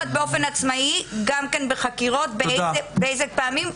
פותחת באופן עצמאי גם כן בחקירות, באיזה פעמים?